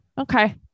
Okay